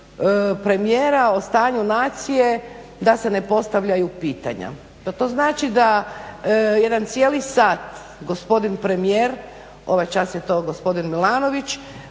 premijera o stanju nacije da se ne postavljaju pitanja. Pa to znači da jedan cijeli sat gospodin premijer ovaj čas je to gospodin Milanović